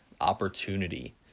opportunity